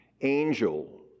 angel